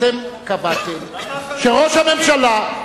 אתם קבעתם שראש הממשלה,